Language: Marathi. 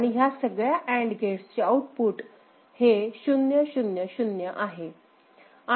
आणि ह्या सगळ्या अँड गेटसचे आउट पुट हे 0 0 0 आहे